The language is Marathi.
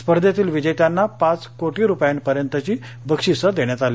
स्पर्धेतील विजेत्यांना पाच कोटी रुपयांपर्यंतची बक्षिसं देण्यात आली